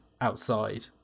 outside